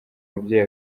mubyeyi